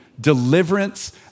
deliverance